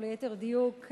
או ליתר דיוק,